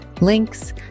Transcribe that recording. links